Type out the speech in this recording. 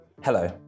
Hello